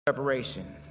Preparation